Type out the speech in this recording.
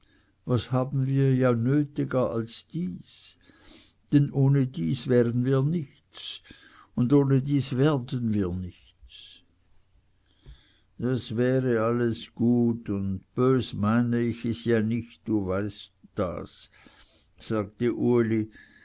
was haben wir ja nötiger als dies dem ohne dies wären wir nichts ohne dies werden wir nichts das wäre alles gut und bös meine ich es ja nicht das weißt du sagte uli